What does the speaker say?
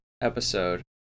episode